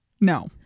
No